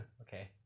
Okay